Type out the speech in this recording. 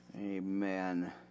Amen